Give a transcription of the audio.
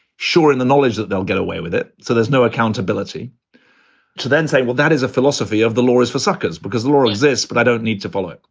sure. in the knowledge that they'll get away with it. so there's no accountability to then say, well, that is a philosophy of the law is for suckers because the law exists. but i don't need to follow.